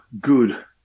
good